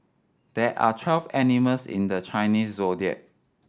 there are twelve animals in the Chinese Zodiac